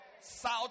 South